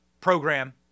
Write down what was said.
program